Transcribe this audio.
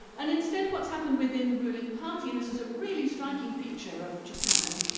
and instead what's happened within the ruling party, and this is a really striking feature of japan,